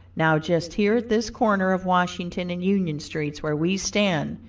now just here at this corner of washington and union streets, where we stand,